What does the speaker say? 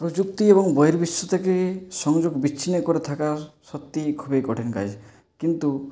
প্রযুক্তি এবং বহির্বিশ্ব থেকে সংযোগ বিচ্ছিন্ন করে থাকার সত্যিই খুবই কঠিন কাজ কিন্তু